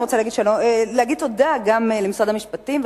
אני רוצה להודות גם למשרד המשפטים,